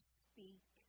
speak